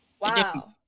Wow